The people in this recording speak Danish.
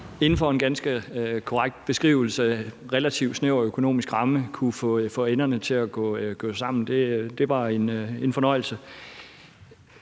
inden for en ganske korrekt beskrevet relativt snæver økonomisk ramme kunne få enderne til at nå sammen. Det var en fornøjelse.